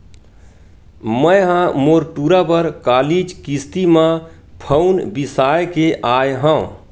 मैय ह मोर टूरा बर कालीच किस्ती म फउन बिसाय के आय हँव